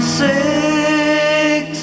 six